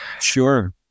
sure